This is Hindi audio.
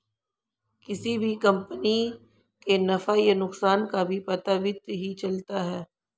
किसी भी कम्पनी के नफ़ा या नुकसान का भी पता वित्त ही चलता है